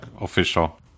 official